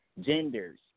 genders